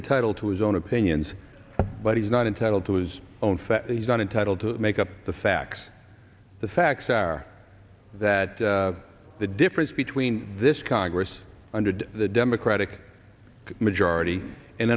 entitled to his own opinions but he's not entitled to his own facts he's not entitled to make up the facts the facts are that the difference between this congress hundred the democratic majority